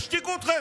ישתיקו אתכם?